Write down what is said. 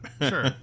sure